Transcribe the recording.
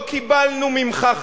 לא קיבלנו ממך,